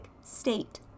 state